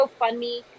GoFundMe